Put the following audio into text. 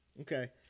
Okay